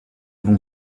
vont